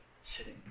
sitting